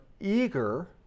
eager